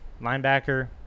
linebacker